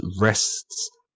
rests